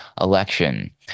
election